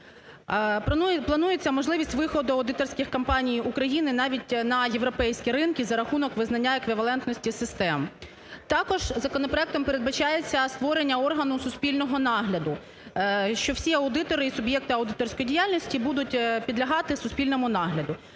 Планується можливість виходу аудиторських компаній України навіть на європейські ринки за рахунок визнання еквівалентності систем, також законопроектом передбачається створення органу суспільного нагляду, що всі аудитори і суб’єкти аудиторської діяльності будуть підлягати суспільному нагляду.